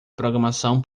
programação